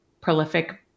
prolific